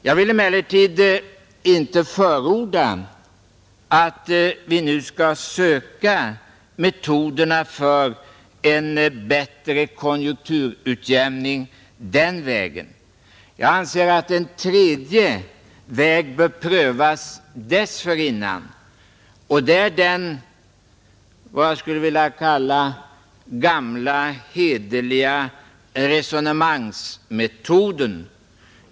Jag vill emellertid inte förorda att man söker metoderna för en bättre konjunkturutjämning den vägen. Jag anser att en tredje väg bör prövas dessförinnan, och det är vad jag skulle vilja kalla den gamla hederliga resonemangsmetoden.